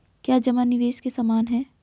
क्या जमा निवेश के समान है?